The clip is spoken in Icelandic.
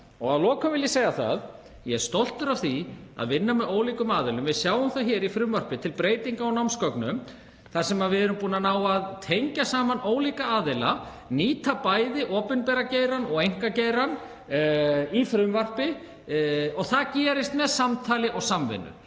Að lokum vil ég segja að ég er stoltur af því að vinna með ólíkum aðilum. Við sjáum það hér í frumvarpi um námsgögn að við erum búin að ná að tengja saman ólíka aðila, nýta bæði opinbera geirann og einkageirann í frumvarpi og það gerist með samtali og samvinnu.